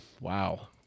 Wow